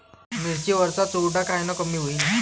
मिरची वरचा चुरडा कायनं कमी होईन?